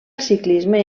ciclisme